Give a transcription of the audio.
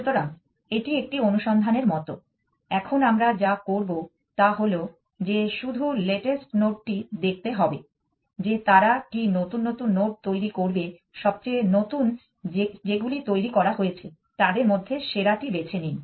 সুতরাং এটি একটি অনুসন্ধানের মতো এখন আমরা যা করব তা হল যে শুধু লেটেস্ট নোডটি দেখতে হবে যে তারা কি নতুন নতুন নোড তৈরি করবে সবচেয়ে নতুন যেগুলি তৈরি করা হয়েছে তাদের মধ্যে সেরাটি বেছে নিন